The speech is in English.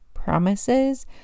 Promises